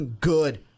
good